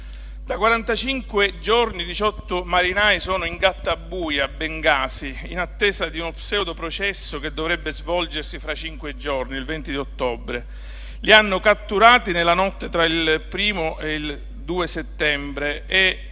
giorni 18 marinai sono in gattabuia a Bengasi, in attesa di uno pseudo processo che dovrebbe svolgersi fra cinque giorni, il 20 ottobre. Li hanno catturato nella notte tra il 1° e il 2 settembre e